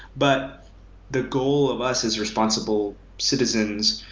but the goal of us is responsible citizens,